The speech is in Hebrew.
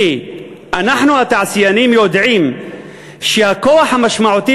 "אנחנו התעשיינים יודעים שהכוח המשמעותי